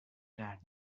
got